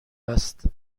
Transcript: هست